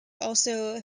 also